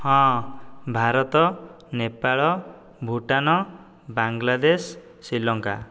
ହଁ ଭାରତ ନେପାଳ ଭୁଟାନ ବାଙ୍ଗଲାଦେଶ ଶ୍ରୀଲଙ୍କା